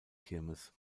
kirmes